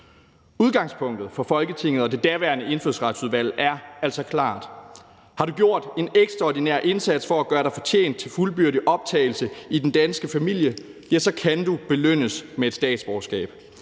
Udgangspunktet for Folketinget og det daværende indfødsretsudvalg er altså klart: Har du gjort en ekstraordinær indsats for at gøre dig fortjent til fuldbyrdet optagelse i den danske familie, ja, så kan du belønnes med et statsborgerskab,